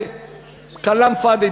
זה כלאם פאד'י,